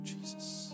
Jesus